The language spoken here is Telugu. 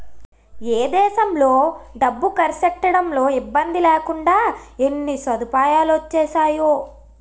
ఏ దేశంలో డబ్బు కర్సెట్టడంలో ఇబ్బందిలేకుండా ఎన్ని సదుపాయాలొచ్చేసేయో